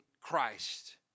Christ